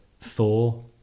Thor